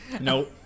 nope